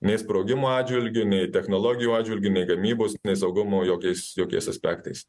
nei sprogimo atžvilgiu nei technologijų atžvilgiu nei gamybos nei saugumo jokiais jokiais aspektais